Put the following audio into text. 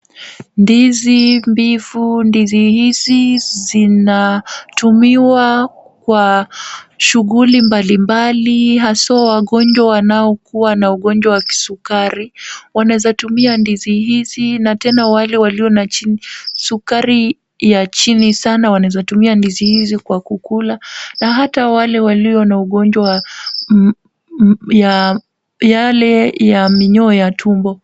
Ndizi mbivu. Ndizi hizi zinatumiwa kwa shughuli mbalimbali haswa wagonjwa wanaokuwa na ugonjwa wa kisukari, wanaweza tumia ndizi hizi na tena wale walio na sukari ya chini sana wanaweza tumia ndizi hizi kwa kukula na hata wale walio na ugonjwa yale ya minyoo ya tumbo.